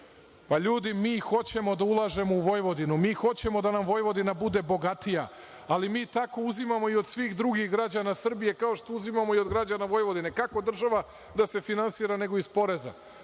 ljudi, mi hoćemo da ulažemo u Vojvodinu, mi hoćemo da nam Vojvodina bude bogatija, ali mi tako uzimamo i od svih drugih građana Srbije, kao što uzimamo i od građana Vojvodine. Kako država da se finansira, nego iz poreza.